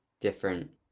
different